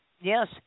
Yes